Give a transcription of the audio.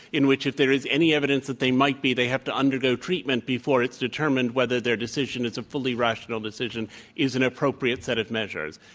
in which, if there is any evidence that they might be, they have to undergo treatment before it's determined whether their decision is a fully rational decision is an appropriate set of measures.